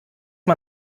mal